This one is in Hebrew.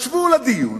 אז שבו לדיון,